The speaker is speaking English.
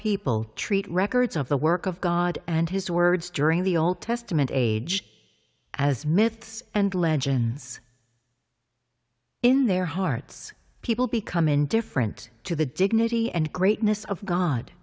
people treat records of the work of god and his words during the old testament age as myths and legends in their hearts people become indifferent to the dignity and greatness of god